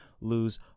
lose